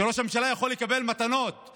שראש הממשלה יוכל לקבל תרומות,